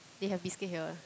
they have biscuit here